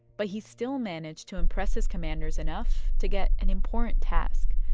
but he still managed to impress his commanders enough to get an important task,